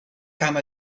kaam